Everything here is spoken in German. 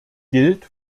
gilt